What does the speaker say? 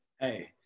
Hey